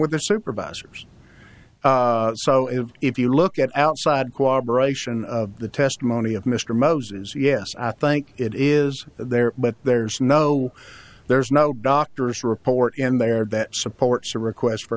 with the supervisors so if if you look at outside cooperation of the testimony of mr moses yes i think it is there but there's no there's no doctor's report in there that supports a request for